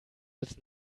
als